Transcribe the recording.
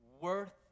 worth